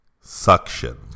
suction